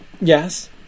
yes